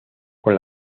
con